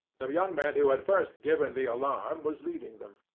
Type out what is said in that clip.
the young man who had first given the alarm was leading them.